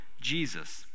Jesus